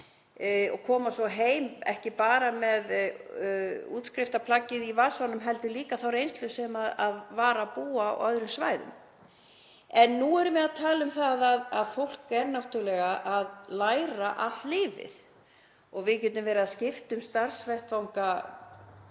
og koma svo heim ekki bara með útskriftarplaggið í vasanum heldur líka reynsluna af því að búa á öðrum svæðum. En nú erum við að tala um að fólk er náttúrlega að læra allt lífið og við getum verið að skipta um starfsvettvang